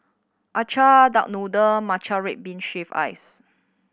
acar duck noodle matcha red bean shave ice